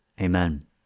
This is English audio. Amen